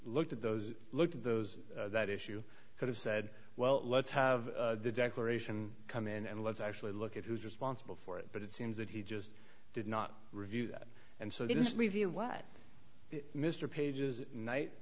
looked at those looked at those that issue could have said well let's have the declaration come in and let's actually look at who's responsible for it but it seems that he just did not review that and so didn't review what mr page's night